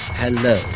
hello